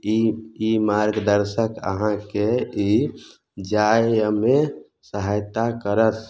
ई ई मार्गदर्शक अहाँके ई जायमे सहायता करत